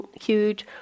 huge